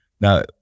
Now